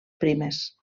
primes